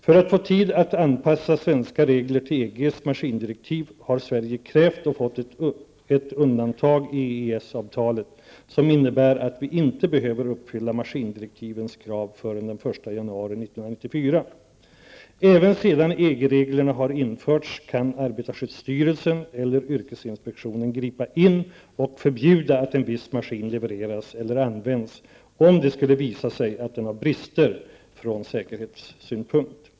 För att få tid att anpassa svenska regler till EGs maskindirektiv har Sverige krävt och fått ett undantag i EES-avtalet som innebär att vi inte behöver uppfylla maskindirektivets krav förrän den Även efter det att EG-reglerna har införts kan arbetarskyddsstyrelsen eller yrkesinspektionen gripa in och förbjuda att en viss maskin levereras eller används om det skulle visa sig att den har brister från säkerhetssynpunkt.